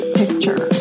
picture